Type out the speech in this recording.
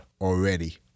already